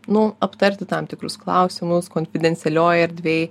nu aptarti tam tikrus klausimus konfidencialioj erdvėj